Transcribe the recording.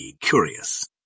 curious